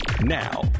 Now